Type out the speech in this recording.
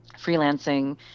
freelancing